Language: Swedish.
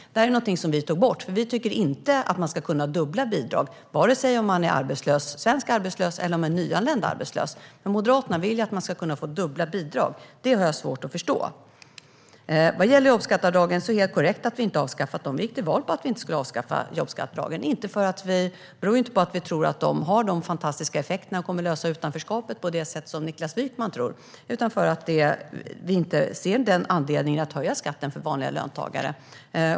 Detta är någonting som vi tog bort, eftersom vi inte tycker att man ska kunna ha dubbla bidrag, vare sig om man är en svensk arbetslös eller om man är en nyanländ arbetslös. Men Moderaterna vill att man ska kunna få dubbla bidrag. Det har jag svårt att förstå. Det är helt korrekt att vi inte har avskaffat jobbskatteavdragen. Vi gick till val på att vi inte skulle avskaffa dem. Det beror inte på att vi tror att de har sådana fantastiska effekter och kommer att lösa utanförskapet på det sätt som Niklas Wykman tror utan för att vi inte ser någon anledning att höja skatten för vanliga löntagare.